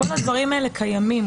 כל הדברים האלה קיימים,